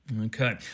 Okay